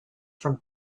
from